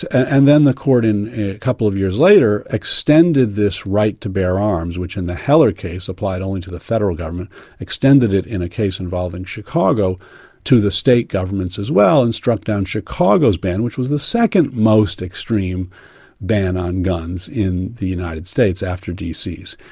and then the court in, a couple of years later, extended this right to bear arms which in the heller case applied only to the federal government extended it in a case involving chicago to the state governments as well, and struck down chicago's ban which was the second most extreme ban on guns in the united states after dc's.